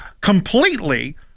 completely